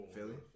Philly